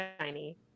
shiny